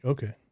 Okay